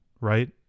right